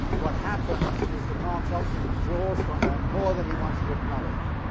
what happens is that marx often draws from them more than he wants to acknowledge,